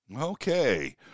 Okay